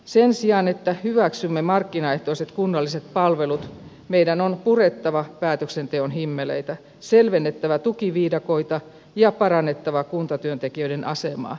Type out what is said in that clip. sen sijaan että hyväksymme markkinaehtoiset kunnalliset palvelut meidän on purettava päätöksenteon himmeleitä selvennettävä tukiviidakoita ja parannettava kuntatyöntekijöiden asemaa